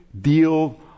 deal